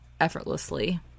effortlessly